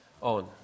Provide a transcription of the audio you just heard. on